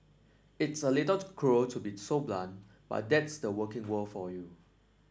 it's a little cruel to be so blunt but that's the working world for you